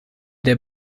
der